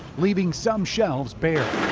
leaving some shelves bare.